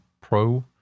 Pro